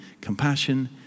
compassion